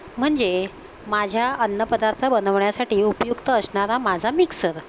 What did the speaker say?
म्हणजे माझ्या अन्नपदार्थ बनवण्यासाठी उपयुक्त असणारा माझा मिक्सर